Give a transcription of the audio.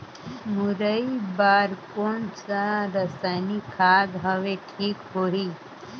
मुरई बार कोन सा रसायनिक खाद हवे ठीक होही?